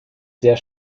sehr